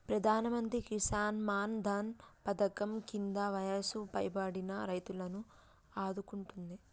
ప్రధానమంత్రి కిసాన్ మాన్ ధన్ పధకం కింద వయసు పైబడిన రైతులను ఆదుకుంటుంది